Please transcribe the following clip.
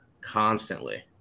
constantly